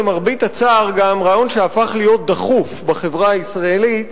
למרבה הצער גם רעיון שהפך להיות דחוף בחברה הישראלית,